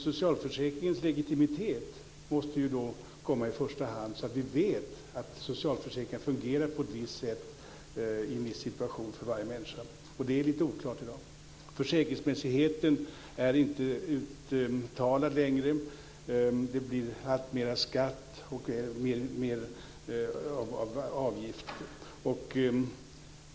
Socialförsäkringens legitimitet måste då komma i första hand, så att vi vet att den fungerar på ett visst sätt i en viss situation för varje människa. Detta är lite oklart i dag. Försäkringsmässigheten är inte uttalad längre. Det blir alltmer skatt och mer avgifter.